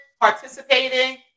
participating